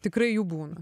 tikrai jų būna